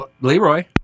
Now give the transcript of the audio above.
Leroy